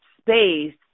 space